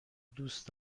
دوست